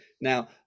now